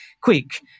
Quick